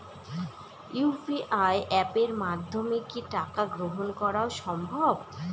UPI অ্যাপের মাধ্যমে কি টাকা গ্রহণ করাও সম্ভব?